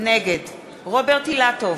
נגד רוברט אילטוב,